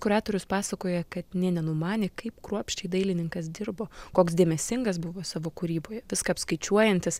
kuratorius pasakoja kad nė nenumanė kaip kruopščiai dailininkas dirbo koks dėmesingas buvo savo kūryboje viską apskaičiuojantis